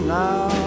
now